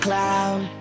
Cloud